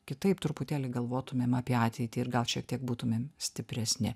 kitaip truputėlį galvotumėm apie ateitį ir gal šiek tiek būtumėm stipresni